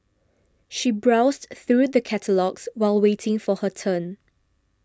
she browsed through the catalogues while waiting for her turn